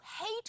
hate